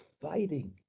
fighting